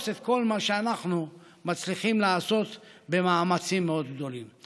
את כל מה שאנחנו מצליחים לעשות במאמצים גדולים מאוד.